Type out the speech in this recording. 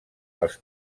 els